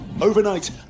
Overnight